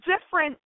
Different